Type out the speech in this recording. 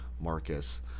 Marcus